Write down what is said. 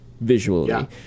visually